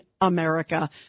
America